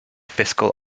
fiscal